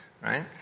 right